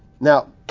Now